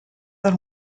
than